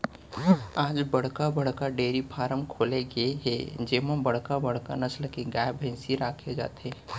आज बड़का बड़का डेयरी फारम खोले गे हे जेमा बड़का बड़का नसल के गाय, भइसी राखे जाथे